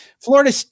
Florida